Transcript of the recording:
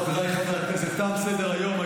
חבריי חברי הכנסת, תם סדר-היום.